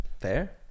fair